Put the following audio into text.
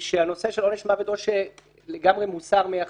שהנושא של עונש מוות או שלגמרי מוסר מן החקיקה,